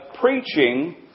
preaching